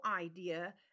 idea